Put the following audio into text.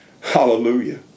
hallelujah